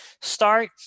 start